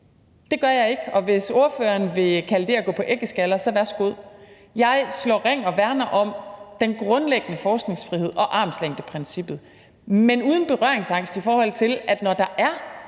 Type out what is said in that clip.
Det gør jeg ikke, og hvis ordføreren vil kalde det at gå på æggeskaller, så værsgo. Jeg slår ring om og værner om den grundlæggende forskningsfrihed og armslængdeprincippet, men uden berøringsangst, i forhold til at når der